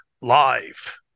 live